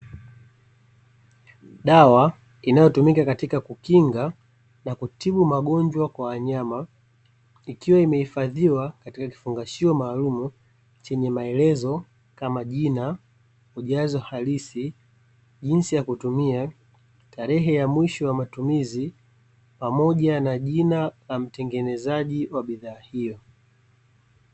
Dawa inayotumika katika kukinga na kutiba magonjwa kwa wanyama, ikiwa imehifadhiwa katika kifungashio maalum chenye maelezo kama jina, ujazo halisi, jinsi ya kutumia, tarehe ya mwisho ya matumizi pamoja na jina la mtengenezaji wa bidhaa hiyo.